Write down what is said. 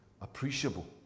appreciable